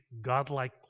godlike